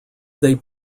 they